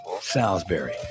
Salisbury